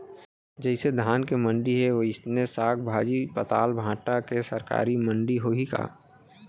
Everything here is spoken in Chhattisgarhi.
जइसे धान के मंडी हे, वइसने साग, भाजी, पताल, भाटा के सरकारी मंडी होही का?